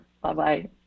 Bye-bye